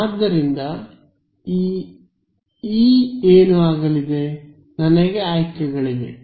ಆದ್ದರಿಂದ ಇ ಏನು ಆಗಲಿದೆ ನನಗೆ ಆಯ್ಕೆಗಳಿವೆ